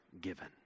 given